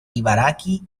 ibaraki